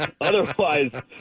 Otherwise